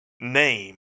name